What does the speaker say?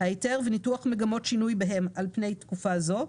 תוקף ההיתר וניתוח מגמות שינוי בהם על פני תקופה זו.